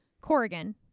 Corrigan